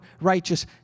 righteous